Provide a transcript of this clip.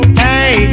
hey